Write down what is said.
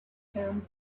stamp